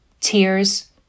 Tears